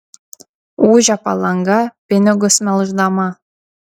ūžia palanga pinigus melždama